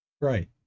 right